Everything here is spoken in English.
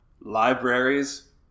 libraries